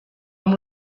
and